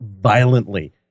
violently